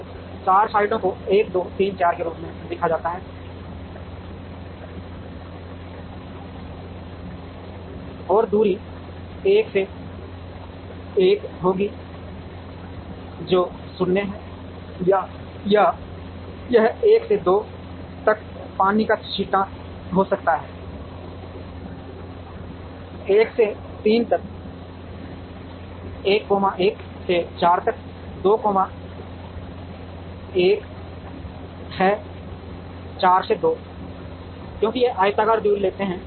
तो 4 साइटों को 1 2 3 4 के रूप में लिखा जाता है और दूरी 1 से 1 होगी दूरी 0 है या यह 1 से 2 तक पानी का छींटा हो सकता है 1 से 3 तक 1 1 से 4 तक 2 1 है 4 से 2 है क्योंकि हम आयताकार दूरी लेते हैं